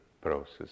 process